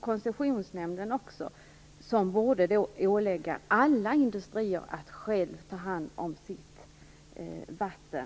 Koncessionsnämnden borde ålägga alla industrier att ta hand om sitt vatten.